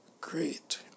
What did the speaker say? Great